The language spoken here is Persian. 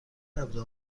ابزار